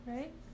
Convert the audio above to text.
Right